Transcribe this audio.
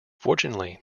fortunately